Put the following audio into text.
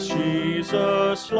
jesus